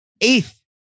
eighth